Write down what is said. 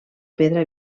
pedra